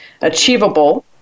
Achievable